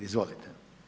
Izvolite.